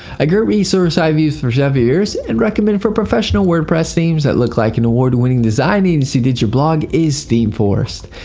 a great resource i have used for several years and recommend for professional wordpress themes that look like an award-winning design agency did your blog is themeforest.